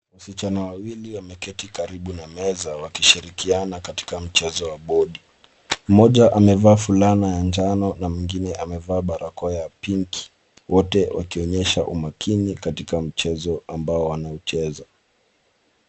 Wasichana wawili wameketi karibu na meza wakishirikiana katika mchezo wa bodi. Mmoja amevaa fulana ya njano na mwingine amevaa barakoa ya pink wote wakionyesha umakini katika mchezo ambao wanaucheza.